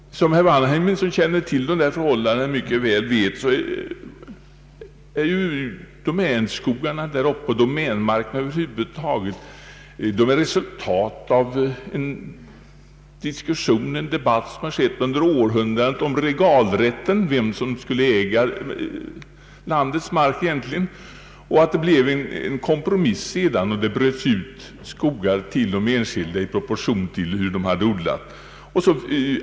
Som herr Wanhainen vet — han känner till dessa förhållanden mycket väl är domänskogarna och över huvud taget domänmarken där uppe ett resultat av den debatt om regalrätten som har skett under århundraden. Debatten gällde vem som egentligen skulle äga landets mark, kronan eller den enskilde, och det blev en kompromiss så att det bröts ut skogar till de enskilda i proportion till hur mycket mark de hade odlat.